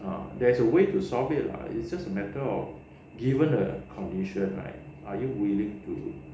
ah there is a way to solve it lah it's just a matter of given a condition like are you willing to